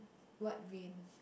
what vain